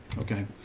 okay.